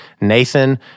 Nathan